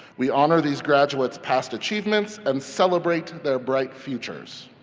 we honor these graduates past achievements and celebrate their bright futures.